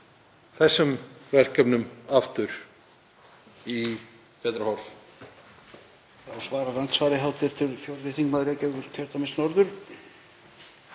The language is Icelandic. þessum verkefnum aftur í betra horf.